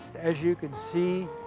as you can see,